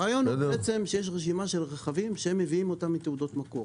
הרעיון הוא שיש רשימה של רכבים שהם מביאים אותם עם תעודות מקור.